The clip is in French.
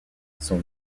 son